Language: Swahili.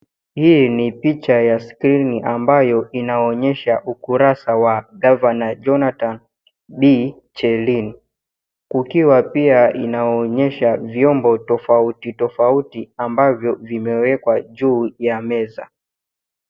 Hii ni picha ya skrini ambayo inaonyesha ukurasa wa governor Jonattan. B. Cherin. Kukiwa pia inaonyesha vyombo tofauti tofauti ambavyo vimewekwa juu ya meza.